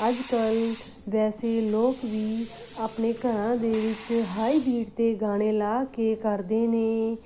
ਅੱਜ ਕੱਲ੍ਹ ਵੈਸੇ ਲੋਕ ਵੀ ਆਪਣੇ ਘਰਾਂ ਦੇ ਵਿੱਚ ਹਾਈ ਬੀਟ 'ਤੇ ਗਾਣੇ ਲਾ ਕੇ ਕਰਦੇ ਨੇ